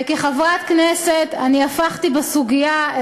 וכחברת כנסת אני הפכתי בסוגיה,